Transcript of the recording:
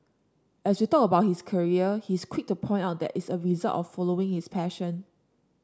as we talk about his career he is quick to point out that it's a result of following his passion